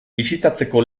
bisitatzeko